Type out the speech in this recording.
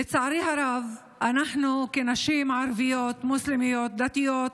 לצערי הרב, אנחנו כנשים ערביות, מוסלמיות, דתיות,